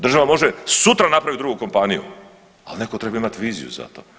Država može sutra napraviti drugu kompaniju, ali netko treba imati viz8iju za to.